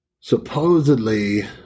supposedly